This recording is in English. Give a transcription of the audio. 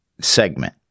segment